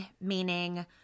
meaning